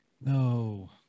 No